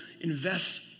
invest